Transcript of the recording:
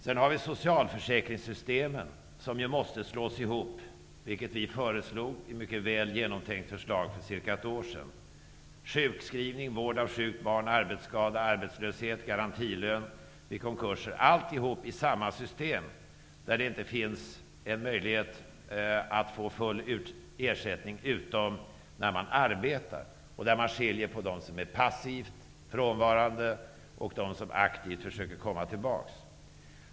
Sedan har vi socialförsäkringssystemen, som måste slås ihop, vilket vi föreslog i ett mycket väl genomtänkt förslag för cirka ett år sedan. Sjukskrivning, vård av sjukt barn, arbetsskada, arbetslöshet, garantilön vid konkurser -- alltihop måste in i samma system, där det inte finns en möjlighet att få full ersättning utom när man arbetar, och där man skiljer på dem som är passivt frånvarande och dem som aktivt försöker komma tillbaka.